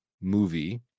movie